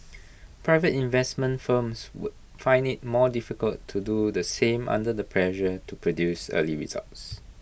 private investment firms would find IT more difficult to do the same under the pressure to produce early results